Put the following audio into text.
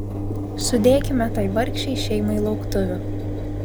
sudėkime tai vargšei šeimai lauktuvių